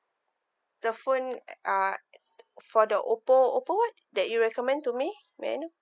the phone uh for the Oppo Oppo what that you recommend to me may I know